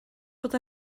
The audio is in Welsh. bod